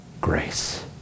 grace